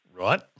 Right